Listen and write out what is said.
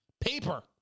paper